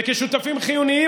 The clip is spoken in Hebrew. וכשותפים חיוניים,